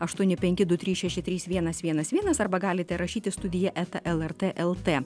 aštuoni penki du trys šeši trys vienas vienas vienas arba galite rašyti studija eta lrt lt